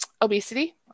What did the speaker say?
Obesity